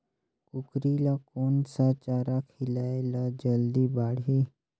कूकरी ल कोन सा चारा खिलाय ल जल्दी बाड़ही?